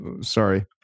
sorry